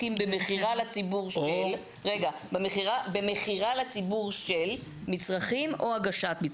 מקום שבו עוסקים במכירה לציבור של מצרכים או הגשה.